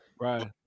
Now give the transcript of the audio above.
Right